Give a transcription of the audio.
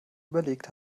überlegt